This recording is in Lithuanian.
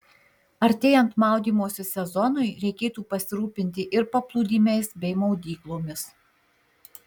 artėjant maudymosi sezonui reikėtų pasirūpinti ir paplūdimiais bei maudyklomis